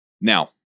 Now